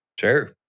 Sure